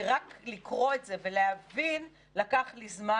כי רק לקרוא את זה ולהבין לקח לי זמן,